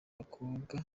bakobwa